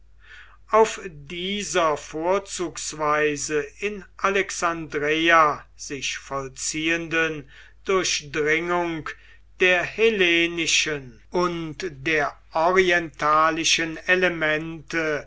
auf dieser vorzugsweise in alexandreia sich vollziehenden durchdringung der hellenischen und der orientalischen elemente